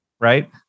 right